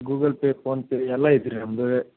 Google Pay PhonePe ಎಲ್ಲ ಐತೆ ರೀ ನಮ್ದು